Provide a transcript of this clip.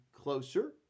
closer